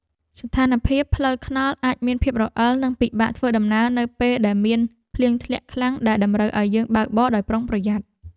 ស្ថានភាពផ្លូវថ្នល់អាចមានភាពរអិល និងពិបាកធ្វើដំណើរនៅពេលដែលមានភ្លៀងធ្លាក់ខ្លាំងដែលតម្រូវឱ្យយើងបើកបរដោយប្រុងប្រយ័ត្ន។